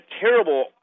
Terrible